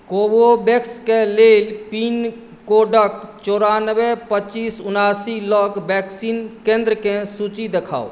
कोवोवेक्सके लेल पिनकोडक चौरानबे पच्चीस उनासी लग वैक्सीन केन्द्रकेँ सूची देखाउ